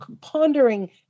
pondering